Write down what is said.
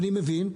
ואני מבין,